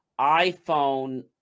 iPhone